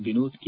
Vinod K